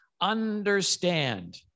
understand